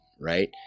right